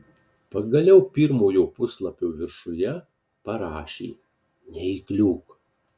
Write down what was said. pagaliau pirmojo puslapio viršuje parašė neįkliūk